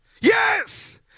Yes